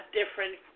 different